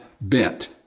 bent